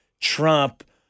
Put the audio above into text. Trump